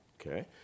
okay